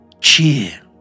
cheer